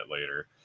later